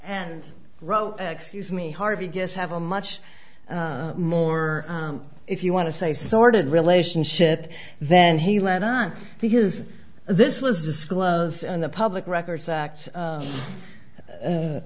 and wrote excuse me harvey guess have a much more if you want to say sordid relationship then he let on because this was disclosed in the public records